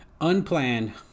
unplanned